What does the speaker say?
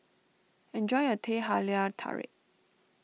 enjoy your Teh Halia Tarik